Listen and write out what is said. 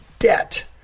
debt